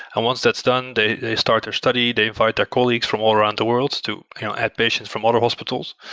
and once that's done, they they start their study, they invite their colleagues from all around the world to add patients from other hospitals,